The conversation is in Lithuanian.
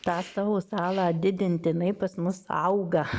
tą savo salą didinti jinai pas mus auga